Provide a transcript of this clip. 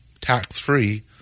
tax-free